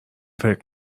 فکر